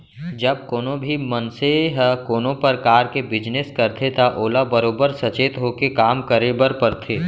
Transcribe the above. जब कोनों भी मनसे ह कोनों परकार के बिजनेस करथे त ओला बरोबर सचेत होके काम करे बर परथे